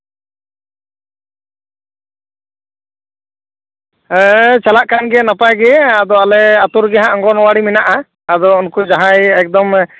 ᱦᱮᱸ ᱪᱟᱞᱟᱜ ᱠᱟᱱ ᱜᱮᱭᱟ ᱱᱟᱯᱟᱭ ᱜᱮ ᱟᱫᱚ ᱟᱞᱮ ᱟᱛᱳ ᱨᱮᱜᱮ ᱦᱟᱸᱜ ᱚᱝᱜᱚᱱᱣᱟᱲᱤ ᱢᱮᱱᱟᱜᱼᱟ ᱟᱫᱚ ᱩᱱᱠᱩ ᱡᱟᱦᱟᱸᱭ ᱮᱠᱫᱚᱢ